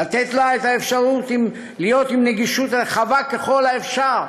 לתת לה את האפשרות להיות עם נגישות רחבה ככל האפשר,